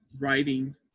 writing